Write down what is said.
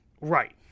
Right